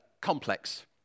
complex